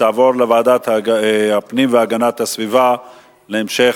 ותועבר לוועדת הפנים והגנת הסביבה להמשך